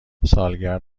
سالگرد